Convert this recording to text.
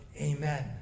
amen